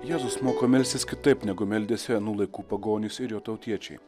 jėzus moko melstis kitaip negu meldėsi anų laikų pagonys ir jo tautiečiai